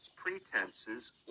pretenses